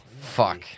fuck